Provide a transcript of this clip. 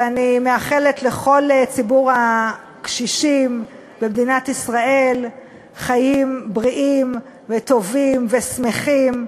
ואני מאחלת לכל ציבור הקשישים במדינת ישראל חיים בריאים וטובים ושמחים,